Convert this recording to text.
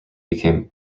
became